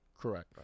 Correct